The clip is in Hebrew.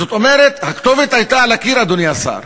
זאת אומרת, הכתובת הייתה על הקיר, אדוני השר.